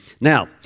Now